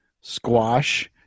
squash